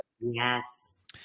yes